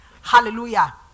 Hallelujah